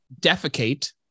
defecate